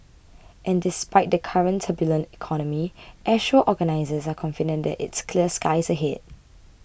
and despite the current turbulent economy Airshow organisers are confident that it's clear skies ahead